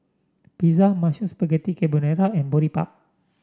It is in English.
Pizza Mushroom Spaghetti Carbonara and Boribap